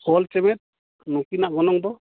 ᱚᱞ ᱪᱮᱢᱮᱫ ᱱᱩᱠᱤᱱᱟᱜ ᱜᱚᱱᱚᱝ ᱫᱚ